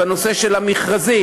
בנושא של המכרזים.